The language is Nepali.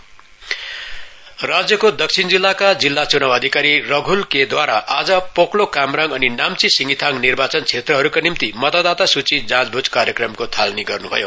इलेक्ट्रोरल भेरिफिसेकन साउथ राज्यको दक्षिण जिल्लाका जिल्ला चुनाउ अधिकारी रघुल के द्वारा आज पोकलोक कामराङ अनि नाम्ची सिङिथाङ निर्वाचन क्षेत्रहरूका निम्ति मतदाता सूची जाँचवुझ कार्यक्रमको थालनी गर्नु भयो